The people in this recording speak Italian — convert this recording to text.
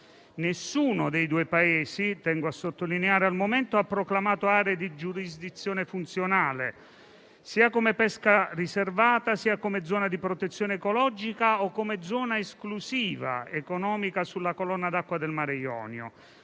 Nessuno dei due Paesi - tengo a sottolineare al momento - ha proclamato aree di giurisdizione funzionale, sia come pesca riservata sia come zona di protezione ecologica o come zona esclusiva economica sulla colonna d'acqua del Mar Ionio.